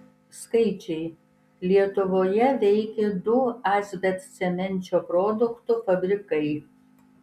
skaičiai lietuvoje veikė du asbestcemenčio produktų fabrikai